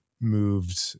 moved